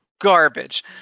garbage